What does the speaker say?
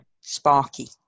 sparky